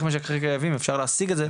משככי כאבים אפשר להשיג את זה בקלות.